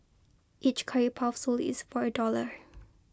each curry puff sold is for a dollar